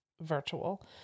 virtual